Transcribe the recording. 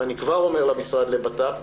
ואני כבר אומר למשרד לביטחון הפנים,